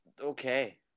Okay